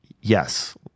Yes